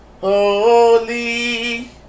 holy